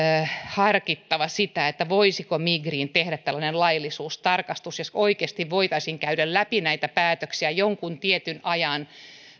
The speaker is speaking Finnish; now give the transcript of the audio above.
harkittava sitä voisiko migriin tehdä tällaisen laillisuustarkastuksen jossa oikeasti voitaisiin käydä läpi näitä päätöksiä jonkun tietyn ajan